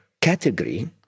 category